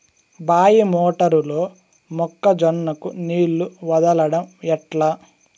బాయి మోటారు లో మొక్క జొన్నకు నీళ్లు వదలడం ఎట్లా?